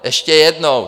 Ještě jednou!